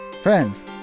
Friends